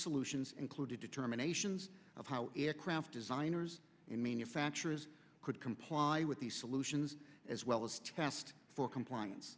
solutions included determinations of how aircraft designers and manufacturers could comply with the solutions as well as test for compliance